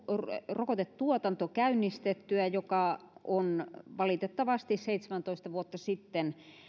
rokotetuotanto joka on valitettavasti seitsemäntoista vuotta sitten